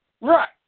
Right